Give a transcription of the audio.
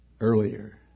earlier